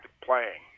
playing